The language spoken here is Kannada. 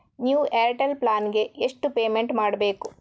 ನ್ಯೂ ಏರ್ಟೆಲ್ ಪ್ಲಾನ್ ಗೆ ಎಷ್ಟು ಪೇಮೆಂಟ್ ಮಾಡ್ಬೇಕು?